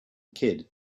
kid